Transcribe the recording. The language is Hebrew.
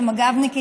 המג"בניקית,